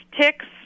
ticks